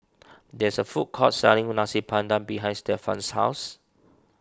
there is a food court selling Nasi Padang behind Stevan's house